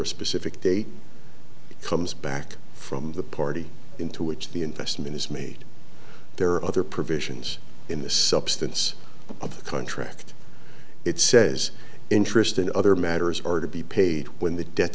a specific date comes back from the party into which the investment is made there are other provisions in the substance of the contract it says interest in other matters are to be paid when the debt